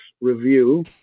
Review